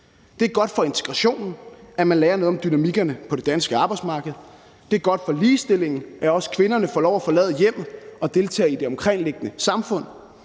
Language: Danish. Det er godt for integrationen, at man lærer noget om dynamikkerne på det danske arbejdsmarked. Det er godt for ligestillingen, at også kvinderne får lov til at forlade hjemmet og deltage i det omkringliggende samfund.